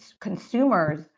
consumers